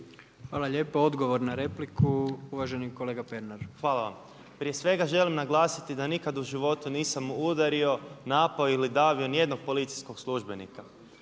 Hvala lijepo. Odgovor na repliku uvaženi kolega Pernar. **Pernar, Ivan (Abeceda)** Hvala vam. Prije svega želim naglasiti da nikad u životu nisam udario, napao ili davio nijednog policijskog službenika